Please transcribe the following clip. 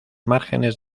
márgenes